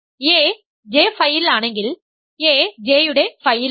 a J Φ ൽ ആണെങ്കിൽ a J യുടെ Φ യിലാണ്